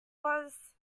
was